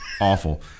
Awful